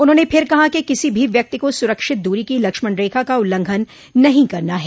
उन्होंने फिर कहा कि किसी भी व्यक्ति को सुरक्षित दूरी की लक्ष्मण रेखा का उल्लंघन नहीं करना है